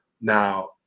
now